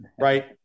Right